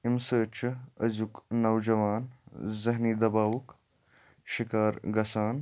امہِ سۭتۍ چھُ أزیُک نوجوان ذہنی دَباوُک شِکار گژھان